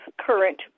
current